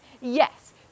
Yes